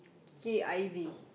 K_I_V